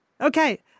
Okay